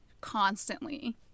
constantly